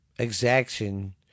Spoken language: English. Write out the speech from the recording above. exaction